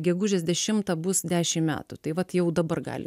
gegužės dešimtą bus dešim metų tai vat jau dabar gali